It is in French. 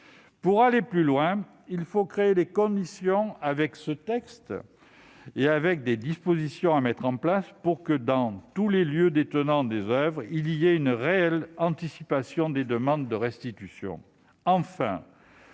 Pour aller plus loin, il faut créer les conditions, grâce à ce texte, mais aussi à d'autres dispositions à venir, pour que, dans tous les lieux détenant des oeuvres, il y ait une réelle anticipation des demandes de restitution.